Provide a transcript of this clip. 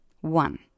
one